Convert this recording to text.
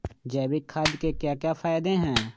जैविक खाद के क्या क्या फायदे हैं?